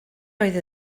oedd